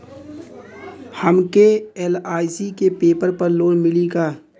हमके एल.आई.सी के पेपर पर लोन मिली का?